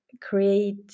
create